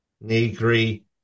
Negri